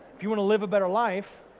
if you want to live a better life,